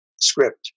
script